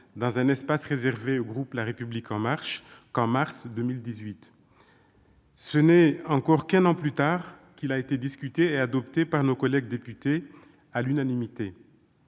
dans un espace réservé au groupe La République En Marche, qu'en mars 2018. Ce n'est encore qu'un an plus tard qu'il a été discuté et adopté par nos collègues députés à l'unanimité